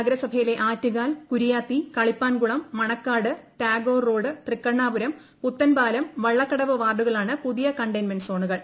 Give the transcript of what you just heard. നഗരസഭയിലെ ആറ്റുകാൽ കുരിയാത്തി കളിപ്പാൻകുളം മണക്കാട് ടാഗോർ റോഡ് ് തൃക്കണ്ണാപുരം പുത്തൻപാലം വള്ളക്കടവ് വാർഡുകളാണ് പുതിയ കണ്ടെയ്ൻമെന്റ് സോണുകൾ